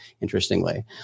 interestingly